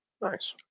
Nice